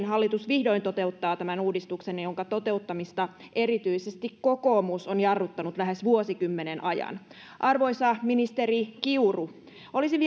hallitus vihdoin toteuttaa tämän uudistuksen jonka toteuttamista erityisesti kokoomus on jarruttanut lähes vuosikymmenen ajan arvoisa ministeri kiuru olisin